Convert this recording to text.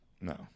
No